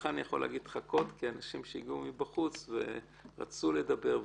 לך אני יכול לחכות כי אנשים הגיעו מבחוץ ורצו לדבר,